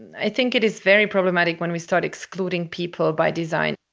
i think it is very problematic when we start excluding people by design